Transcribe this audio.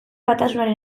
batasunaren